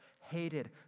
hated